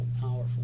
powerful